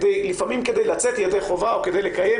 לפעמים כדי לצאת ידי חובה או כדי לקיים